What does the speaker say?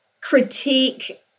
critique